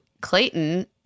Clayton